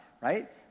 right